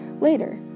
Later